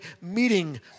meeting